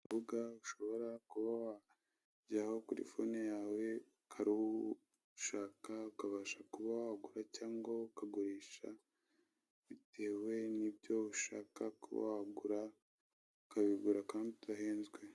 Urubuga ushobora kuba wajyaho kuri fone yawe ukarushaka ukabasha kuba wagura cyangwa ukagurisha, bitewe n'ibyo ushaka kuba wagura ukabigura kandi udahenzwe.